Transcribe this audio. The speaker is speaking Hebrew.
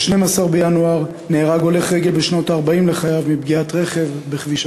ב-12 בינואר נהרג הולך רגל בשנות ה-40 לחייו מפגיעת רכב בכביש